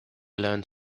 learned